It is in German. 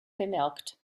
bemerkt